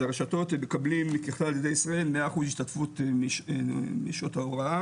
זה הרשתות הם מקבלים ככלל ילדי ישראל 100% השתתפות משעות ההוראה